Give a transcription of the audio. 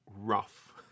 rough